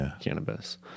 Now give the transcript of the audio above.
cannabis